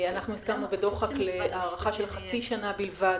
אנחנו הסכמנו בדוחק להארכה של חצי שנה בלבד